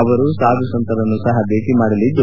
ಅವರು ಸಾಧು ಸಂತರನ್ನೂ ಸಹ ಭೇಟಿ ಮಾಡಲಿದ್ದಾರೆ